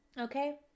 Okay